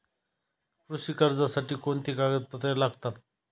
कृषी कर्जासाठी कोणती कागदपत्रे लागतात?